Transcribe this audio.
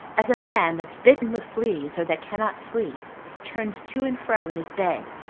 as a man that's bitten with fleas, or that cannot sleep turns to and fro in his bed,